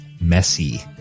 messy